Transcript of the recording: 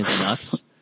nuts